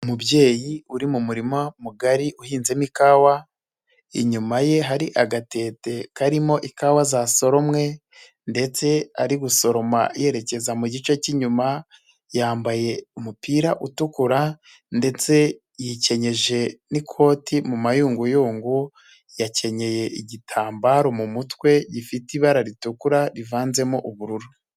Umubyeyi uri mu murima mugari uhinzemo ikawa inyuma ye hari agatete karimo ikawa zasoromwe ndetse ari gusoroma yerekeza mu gice cy'inyuma yambaye umupira utukura, ndetse yikenyeje n'ikoti mu mayunguyungu, yakenyeye igitambaro mu mutwe gifite ibara ritukura rivanzemo ubururu.